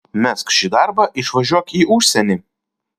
mesk šį darbą išvažiuok į užsienį